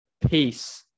Peace